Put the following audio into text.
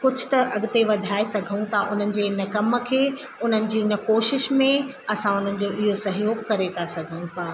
कुझ त अॻिते वधाए सघूं था उन्हनि जे इन कम खे उन्हनि जी इन कोशिश में असां उन्हनि जो इहो सहयोग करे था सघूं पिया